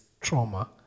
trauma